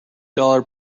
dollar